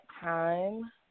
time